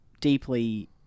deeply